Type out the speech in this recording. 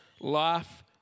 life